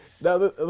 Now